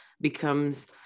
becomes